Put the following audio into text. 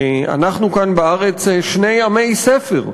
אנחנו כאן בארץ שני עמי ספר.